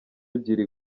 ebyiri